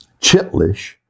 Chitlish